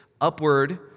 Upward